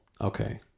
Okay